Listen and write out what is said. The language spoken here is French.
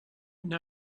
une